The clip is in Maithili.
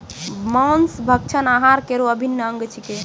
मांस भक्षण आहार केरो अभिन्न अंग छिकै